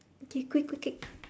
okay quick quick quick